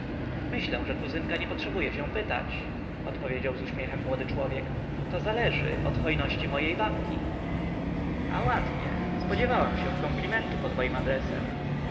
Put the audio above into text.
myślę że kuzynka nie potrzebuje się pytać odpowiedział z uśmiechem młody człowiek to zależy od hojności mojej babki a ładnie spodziewałam się komplimentu pod moim adresem